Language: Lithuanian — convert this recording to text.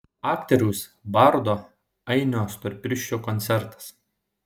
aktoriaus bardo ainio storpirščio koncertas